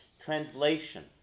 translation